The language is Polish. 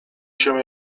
się